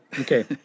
Okay